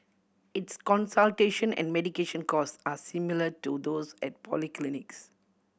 its consultation and medication costs are similar to those at polyclinics